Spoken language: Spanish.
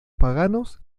paganos